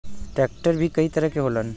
tractor भी कई तरह के होलन